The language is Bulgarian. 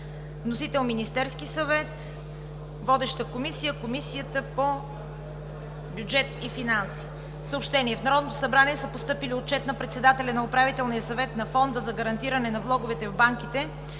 Вносител е Министерският съвет. Водеща е Комисията по бюджет и финанси. Съобщения: В Народното събрание са постъпили: Отчет на председателя на Управителния съвет на Фонда за гарантиране на влоговете в банките